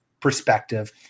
perspective